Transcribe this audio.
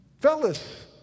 Fellas